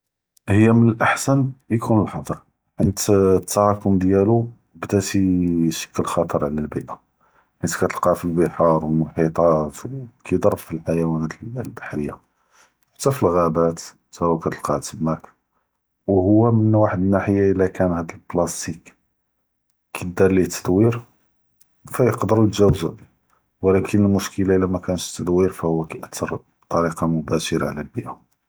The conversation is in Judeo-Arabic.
היא מן אלאחסן יכון אלח’ظر ענד אלתראכום דיאלו בלט’ח’ס יושכל ח’תר עלא אלביאה חית כאתלקא פ לבחר ו אלמוחיאת ו כייד’ר פ אלח’יואנין אלב’ריה ו חתה פ אלגהאבאת, חתה הוא כאתלקא תמאכ. והוא מן וחד אלנאהיה, אלא כאן האד אלפלאסטיק כיידאר לו תדוויר, פיقدרו יתג’אוזוה, ולאכן אלמשכלה אלא כאן מא כאן תדוויר פוהו כאי’ת’ר בטראיקה דיריקטה.